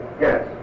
Yes